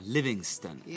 Livingston